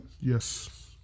Yes